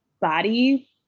body